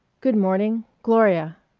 good morning gloria.